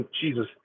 Jesus